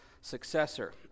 successor